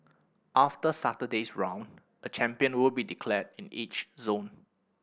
after Saturday's round a champion will be declared in each zone